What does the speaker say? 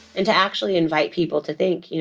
and to actually invite people to think, you